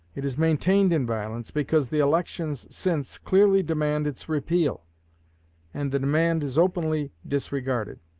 it is maintained in violence, because the elections since clearly demand its repeal and the demand is openly disregarded.